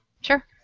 Sure